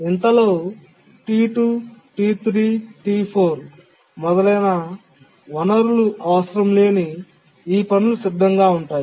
ఇంతలో T2 T3T4 మొదలైన వనరులు అవసరం లేని ఈ పనులు సిద్ధంగా ఉంటాయి